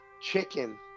chicken